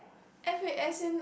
F in as in